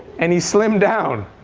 and he slimmed down.